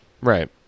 Right